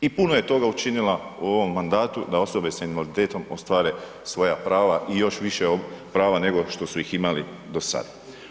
I puno je toga učinila u ovom mandatu da osobe s invaliditetom ostvare svoja prava i još više prava nego što su ih imali do sad.